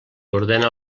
ordena